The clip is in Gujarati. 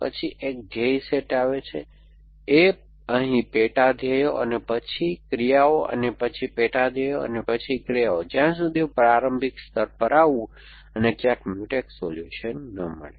પછી એક ધ્યેય સેટ આવે છે A અહીં પેટા ધ્યેયો અને પછી ક્રિયાઓ અને પછી પેટા ધ્યેયો અને પછી ક્રિયાઓ જ્યાં સુધી હું પ્રારંભિક સ્તર પર આવું અને ક્યાંય મ્યુટેક્સ સોલ્યુશન ન મળે